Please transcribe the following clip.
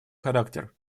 характер